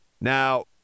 now